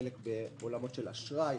חלק בעולמות של אשראי,